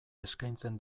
eskaintzen